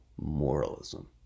moralism